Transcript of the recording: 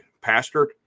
Pastor